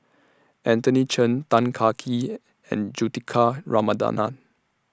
Anthony Chen Tan Kah Kee and Juthika Ramanathan